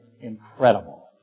incredible